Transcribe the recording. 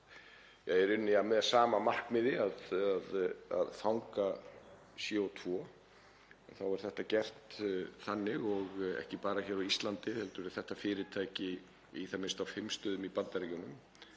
í rauninni með sama markmiði, að fanga CO2, þá er þetta gert þannig og ekki bara hér á Íslandi heldur er þetta fyrirtæki í það minnsta á fimm stöðum í Bandaríkjunum